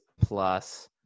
plus